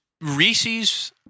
Reese's